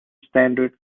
standard